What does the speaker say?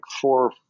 four